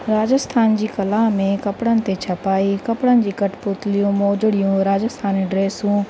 राजस्थान जी कला में कपड़नि ते छपाई कपड़नि जी कठपुतलियूं मोजड़ियूं राजस्थानी ड्रेसूं